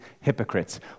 hypocrites